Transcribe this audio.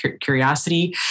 curiosity